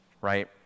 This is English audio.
right